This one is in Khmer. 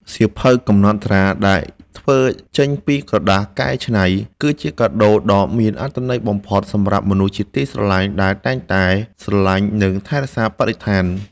សៀវភៅកំណត់ត្រាដែលធ្វើចេញពីក្រដាសកែច្នៃ គឺជាកាដូដ៏មានអត្ថន័យបំផុតសម្រាប់មនុស្សជាទីស្រឡាញ់ដែលតែងតែស្រឡាញ់ និង ថែរក្សាបរិស្ថាន។